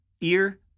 ear